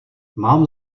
mám